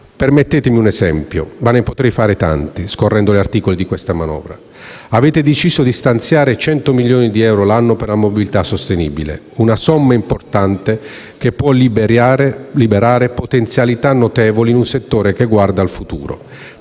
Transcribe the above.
Permettetemi un esempio (ma ne potrei fare tanti, scorrendo gli articoli di questa manovra): avete deciso di stanziare 100 milioni di euro l'anno per la mobilità sostenibile. Una somma importante, che può liberare potenzialità notevoli in un settore che guarda al futuro,